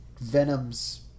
Venom's